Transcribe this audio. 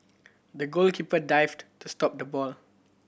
the goalkeeper dived to stop the ball